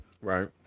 Right